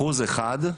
אחוז אחד?